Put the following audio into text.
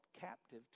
captive